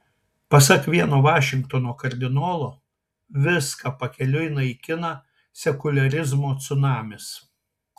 pasak vieno vašingtono kardinolo viską pakeliui naikina sekuliarizmo cunamis